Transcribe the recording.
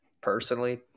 personally